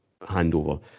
handover